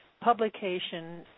publication